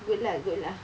good lah good lah